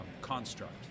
construct